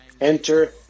enter